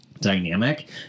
dynamic